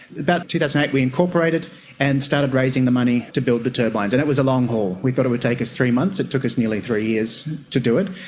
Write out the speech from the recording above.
about two thousand and eight we incorporated and started raising the money to build the turbines, and it was a long haul. we thought it would take us three months, it took us nearly three years to do it.